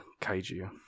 kaiju